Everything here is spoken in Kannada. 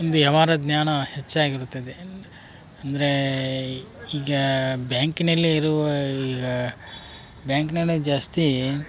ಒಂದು ವ್ಯವಹಾರ ಜ್ಞಾನ ಹೆಚ್ಚಾಗಿರುತ್ತದೆ ಅಂದರೆ ಈಗ ಬ್ಯಾಂಕಿನಲ್ಲಿ ಇರುವ ಈಗ ಬ್ಯಾಂಕ್ನಲ್ಲೇ ಜಾಸ್ತಿ